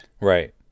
Right